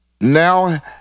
now